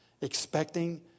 expecting